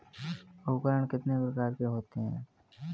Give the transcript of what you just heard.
उपकरण कितने प्रकार के होते हैं?